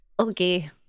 Okay